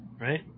right